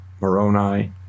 Moroni